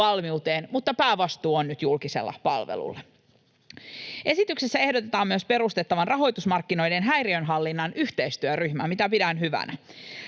valmiuteen, mutta päävastuu on nyt julkisella palvelulla. Esityksessä ehdotetaan myös perustettavan rahoitusmarkkinoiden häiriönhallinnan yhteistyöryhmä, mitä pidän hyvänä.